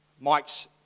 Mike's